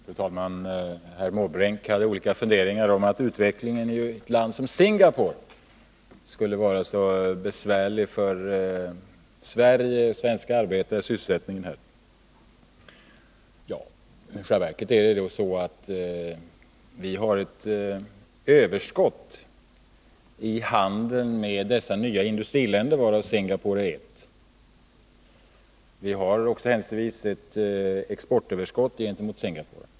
Fru talman! Herr Måbrink hade en del funderingar om att utvecklingen i ett land som Singapore skulle vara besvärande för svenska arbetare och sysselsättningen i Sverige. I själva verket är det så att vi har ett överskott i handeln med de nya industriländerna, av vilka Singapore är ett. Vi har ett exportöverskott också gentemot Singapore.